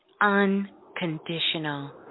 Unconditional